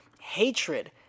hatred